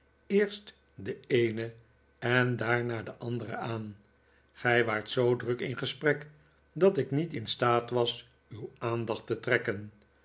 eerst de eene en daarna de andere aan gij waart zoo druk in gesprek dat ik niet in staat was uw aandacht te trekken